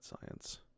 science